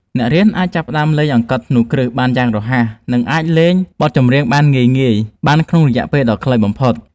អ្នករៀនអាចចាប់ផ្ដើមលេងអង្កត់ធ្នូគ្រឹះបានយ៉ាងរហ័ស និង អាចលេងបទចម្រៀងងាយៗបានក្នុងរយៈពេលដ៏ខ្លីបំផុត។